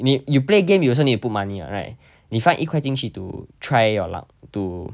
you ma~ you play game you also need to put money what right 你放一块进去 to try your luck to